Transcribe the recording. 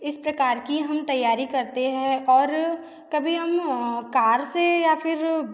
इस प्रकार की हम तैयारी करते हैं और कभी हम कार से या फिर